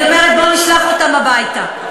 אני אומרת, בואו נשלח אותם הביתה.